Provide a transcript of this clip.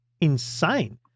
insane